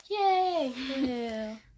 Yay